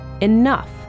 Enough